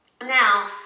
Now